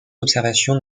observations